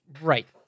Right